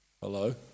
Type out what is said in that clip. Hello